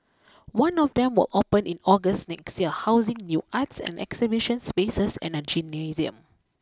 one of them will open in August next year housing new arts and exhibition spaces and a gymnasium